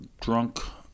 drunk